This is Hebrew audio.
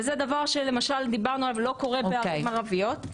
וזה דבר שלמשל דיברנו עליו, לא קורה בערים ערביות.